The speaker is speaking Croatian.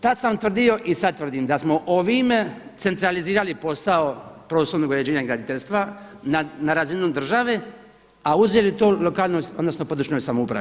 Tad sam tvrdio i sada tvrdim da smo ovime centralizirali posao prostornog uređenja graditeljstva na razini države, a uzeli to lokalnoj odnosno područnoj samoupravi.